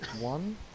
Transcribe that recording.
one